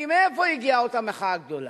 כי מאיפה הגיעה אותה מחאה גדולה?